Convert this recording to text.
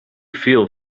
feel